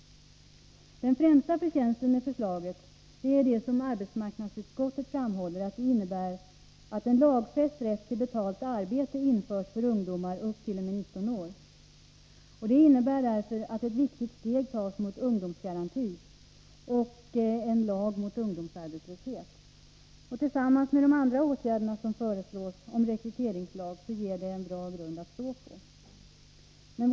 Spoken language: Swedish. Den främsta förtjänsten med förslaget är det som arbetsmarknadsutskottet framhåller, nämligen att det innebär att en lagfäst rätt till betalt arbete införs för ungdomar upp t.o.m. 19 år. Det betyder att ett viktigt steg tas mot ungdomsgaranti och en lag mot ungdomsarbetslöshet. Tillsammans med andra åtgärder som föreslås, bl.a. en rekryteringslag, ger det en bra grund att stå på.